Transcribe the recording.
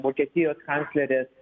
vokietijos kanclerės